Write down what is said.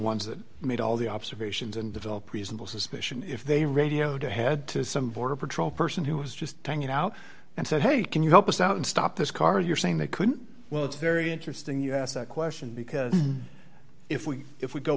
ones that made all the observations and develop reasonable suspicion if they radioed ahead to some border patrol person who was just hanging out and said hey can you help us out and stop this car you're saying they couldn't well it's very interesting you ask that question because if we if we go